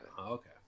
okay